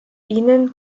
ihnen